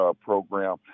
program